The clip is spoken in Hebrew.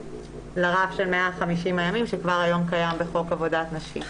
לרף של 150 הימים שכבר היום קיים בחוק עבודת נשים.